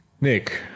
Nick